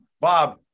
Bob